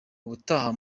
ubutaha